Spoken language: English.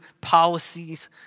policies